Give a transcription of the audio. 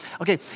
Okay